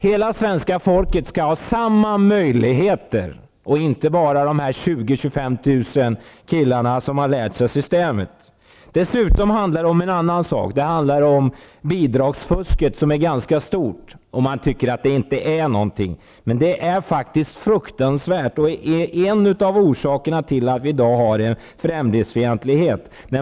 Hela svenska folket skall ha samma möjligheter och inte bara de 20 000-- 25 000 killarna som har lärt sig systemet. Dessutom handlar det om bidragsfusket som är ganska stort. Man tycker att det inte är någonting, men det är faktiskt fruktansvärt. Det är en av orsakerna till att vi i dag har en främlingsfientlighet.